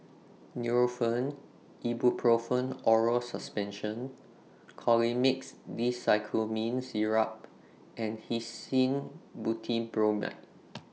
Nurofen Ibuprofen Oral Suspension Colimix Dicyclomine Syrup and Hyoscine Butylbromide